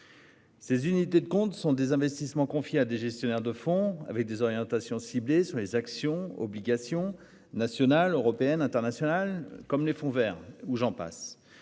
Ces unités de compte sont des investissements confiée à des gestionnaires de fonds avec des orientations ciblée sur les actions, obligations nationales, européennes, internationales, comme les fonds verts ou j'en passe.